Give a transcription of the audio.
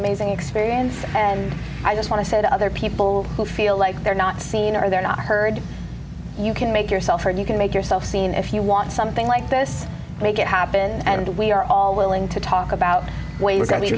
amazing experience and i just want to say to other people who feel like they're not seen or they're not heard you can make yourself heard you can make yourself seen if you want something like this make it happen and we are all willing to talk about way